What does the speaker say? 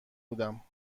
بودم